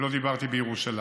ואין כמעט פארקים בירושלים,